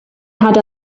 had